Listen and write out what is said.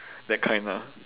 that kind lah